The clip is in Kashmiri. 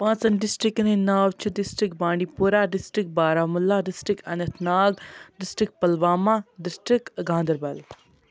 پانٛژَن ڈِسٹِرٛکَن ہِنٛدۍ ناو چھِ district Bandipora district Baramulla district Anantnag district Pulwama district Ganderbal